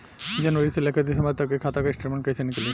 जनवरी से लेकर दिसंबर तक के खाता के स्टेटमेंट कइसे निकलि?